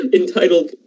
entitled